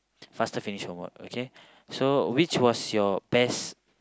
faster finish your work okay so which was your best